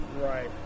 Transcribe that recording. Right